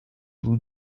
blue